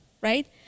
right